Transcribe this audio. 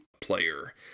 player